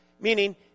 Meaning